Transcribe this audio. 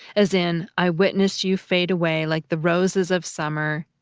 as in i witnessed you fade away like the roses of summer,